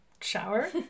shower